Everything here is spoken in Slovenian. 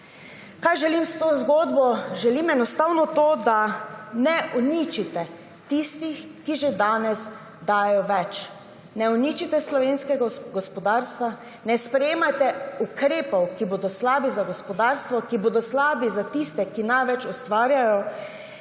Kaj želim s to zgodbo? Želim enostavno to, da ne uničite tistih, ki že danes dajejo več. Ne uničite slovenskega gospodarstva, ne sprejemajte ukrepov, ki bodo slabi za gospodarstvo, ki bodo slabi za tiste, ki največ ustvarjajo.